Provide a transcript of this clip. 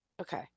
Okay